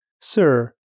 Sir